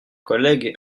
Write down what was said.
collègues